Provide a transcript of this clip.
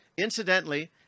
Incidentally